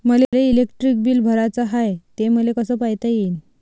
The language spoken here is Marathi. मले इलेक्ट्रिक बिल भराचं हाय, ते मले कस पायता येईन?